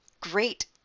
great